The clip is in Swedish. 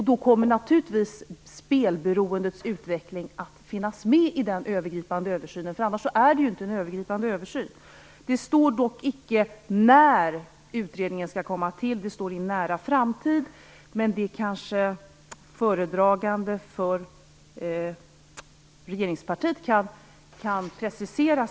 Då kommer naturligtvis spelberoendets utveckling att finnas med i den övergripande översynen, annars är det ju inte en övergripande översyn. Det står dock icke när utredningen skall komma till stånd. Det står i en nära framtid. Men det kanske föredragande för regeringspartiet kan precisera.